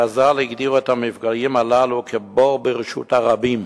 חז"ל הגדירו את המפגעים הללו כ"בור ברשות הרבים".